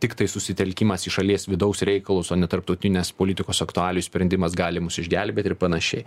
tiktai susitelkimas į šalies vidaus reikalus o ne tarptautinės politikos aktualijų sprendimas gali mus išgelbėti ir panašiai